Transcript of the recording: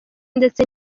ndetse